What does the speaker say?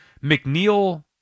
McNeil